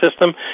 system